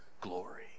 glory